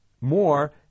more